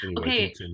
Okay